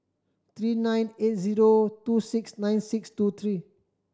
three nine eight zero two six nine six two three